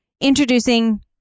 introducing